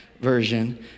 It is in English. version